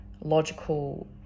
logical